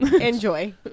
Enjoy